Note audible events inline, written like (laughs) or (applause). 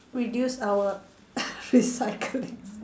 reduce our (laughs) recycling